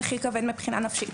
מחיר כבד מבחינה נפשית.